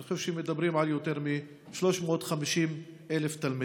אני חושב שמדברים על יותר מ-350,000 תלמידים.